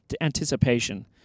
anticipation